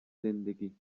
زندگی